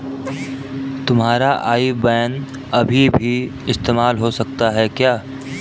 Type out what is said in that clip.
तुम्हारा IBAN अभी भी इस्तेमाल हो सकता है क्या?